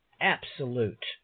absolute